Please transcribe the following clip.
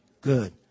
Good